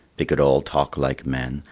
they could all talk like men,